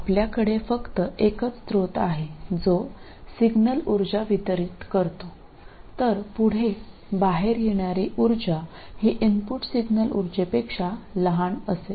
आपल्याकडे फक्त एकच स्रोत आहे जो सिग्नल उर्जा वितरीत करतो तर पुढे बाहेर येणारी उर्जा ही इनपुट सिग्नल ऊर्जा पेक्षा लहान असेल